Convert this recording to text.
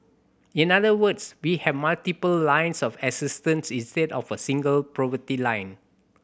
in other words we have multiple lines of assistance instead of a single poverty line